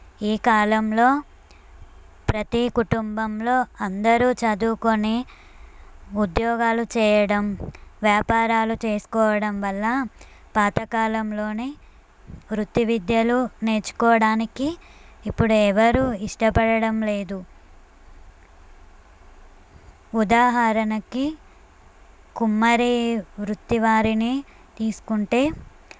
ఈ కాలంలో ప్రతీ కుటుంబంలో అందరూ చదువుకొని ఉద్యోగాలు చేయడం వ్యాపారాలు చేసుకోవడం వల్ల పాతకాలంలోనే వృత్తి విద్యలు నేర్చుకోవడానికి ఇప్పుడు ఎవరు ఇష్టపడడం లేదు ఉదాహరణకి కుమ్మరి వృత్తి వారిని తీసుకుంటే